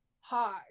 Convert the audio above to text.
hard